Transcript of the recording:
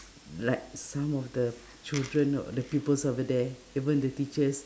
like some of the children the peoples over there even the teachers